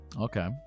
Okay